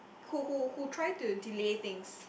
who who who try to delay things